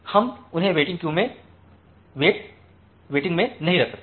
हम उन्हें waiting queue के अंरेट नहीं रखते हैं